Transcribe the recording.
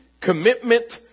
commitment